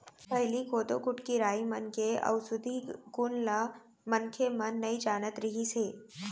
पहिली कोदो, कुटकी, राई मन के अउसधी गुन ल मनखे मन नइ जानत रिहिस हे